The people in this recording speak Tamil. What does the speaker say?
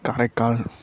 காரைக்கால்